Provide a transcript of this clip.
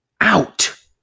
out